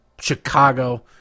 Chicago